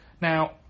Now